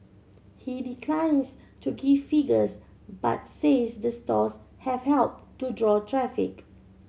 he declines to give figures but says the stores have helped to draw traffic